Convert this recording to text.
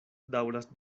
daŭras